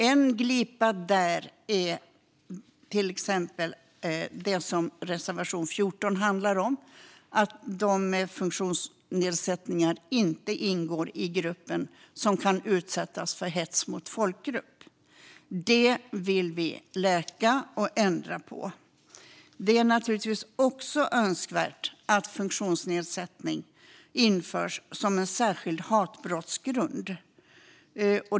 En glipa där är det som reservation 14 handlar om - att personer med funktionsnedsättningar inte räknas som en grupp som kan utsättas för hets mot folkgrupp. Det vill vi läka och ändra på. Det är naturligtvis också önskvärt att funktionsnedsättning införs som en särskild hatbrottsgrund.